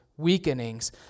weakenings